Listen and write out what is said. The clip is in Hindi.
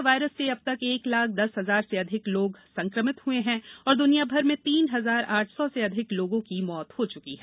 कोरोना वायरस से अब तक एक लाख दस हजार से अधिक लोग संक्रमित हैं और द्नियाभर में तीन हजार आठ सौ से अधिक लोगों की मौत हो चुकी है